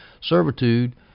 servitude